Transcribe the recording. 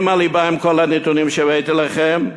עם הליבה, עם כל הנתונים שהראיתי לכם,